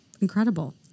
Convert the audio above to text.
incredible